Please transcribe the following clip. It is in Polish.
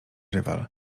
rywal